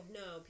no